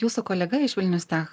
jūsų kolega iš vilnius tech